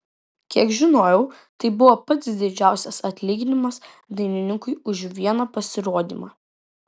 kiek žinojau tai buvo pats didžiausias atlyginimas dainininkui už vieną pasirodymą